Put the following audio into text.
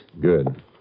Good